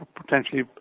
potentially